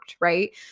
right